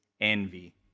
envy